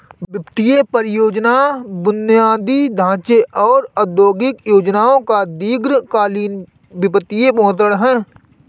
वित्त परियोजना बुनियादी ढांचे और औद्योगिक परियोजनाओं का दीर्घ कालींन वित्तपोषण है